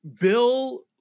Bill